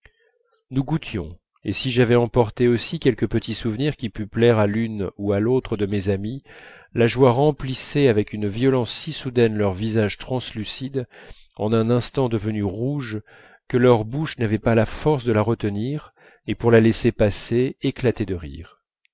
nous goûtions et si j'avais emporté aussi quelque petit souvenir qui pût plaire à l'une ou à l'autre de mes amies la joie remplissait avec une violence si soudaine leur visage translucide et un instant devenu rouge que leur bouche n'avait pas la force de la retenir et pour la laisser passer éclatait de rire